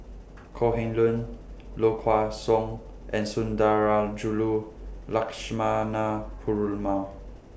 Kok Heng Leun Low Kway Song and Sundarajulu Lakshmana Perumal